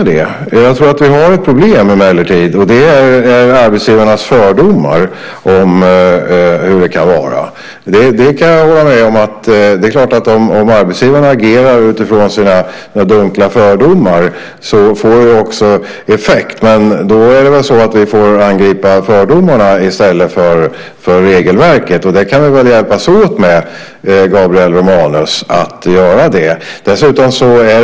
Jag tror emellertid att vi har ett problem, nämligen arbetsgivarnas fördomar om hur det kan vara. Jag kan hålla med om att ifall arbetsgivarna agerar utifrån sina dunkla fördomar får det naturligtvis effekt, men då får vi angripa fördomarna i stället för regelverket. Det kan vi väl hjälpas åt att göra, Gabriel Romanus.